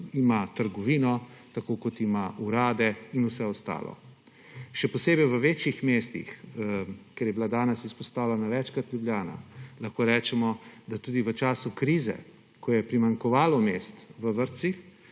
imajo trgovino, tako kot imajo urade in vse ostalo. Še posebej v večjih mestih, ker je bila danes izpostavljena večkrat Ljubljana, lahko rečemo, da tudi v času krize, ko je primanjkovalo mest v vrtcih,